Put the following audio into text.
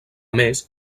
més